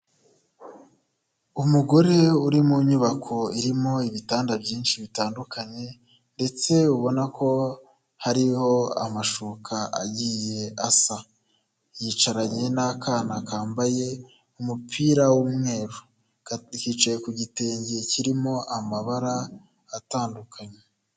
Umugore uri mu nyubako irimo ibitanda byinshi bitandukanye, ndetse ubona ko hariho amashuka agiye asa. Yicaranye n'akana kambaye umupira w'umweru. Kicaye ku gitenge kirimo amabara atandukanye.